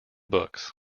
books